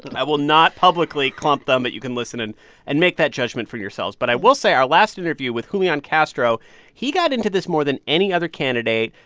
i will not publicly clump them, but you can listen in and make that judgment for yourselves. but i will say our last interview with julian castro he got into this more than any other candidate.